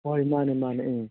ꯍꯣꯏ ꯃꯥꯟꯅꯦ ꯃꯥꯟꯅꯦ ꯎꯝ